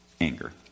anger